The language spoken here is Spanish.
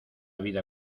vida